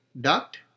duct